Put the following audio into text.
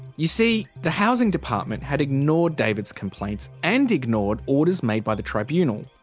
you see the housing department had ignored david's complaints and ignored orders made by the tribunal.